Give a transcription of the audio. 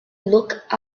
looked